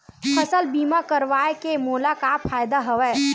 फसल बीमा करवाय के मोला का फ़ायदा हवय?